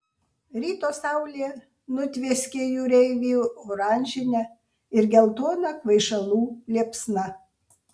ryto saulė nutvieskė jūreivį oranžine ir geltona kvaišalų liepsna